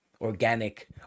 organic